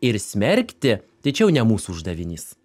ir smerkti tai čia jau ne mūsų uždavinys